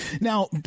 Now